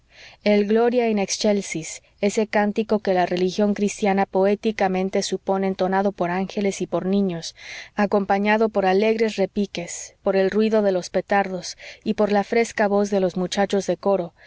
el gloria in excelsis ese cántico que la religión cristiana poéticamente supone entonado por ángeles y por niños acompañado por alegres repiques por el ruido de los petardos y por la fresca voz de los muchachos de coro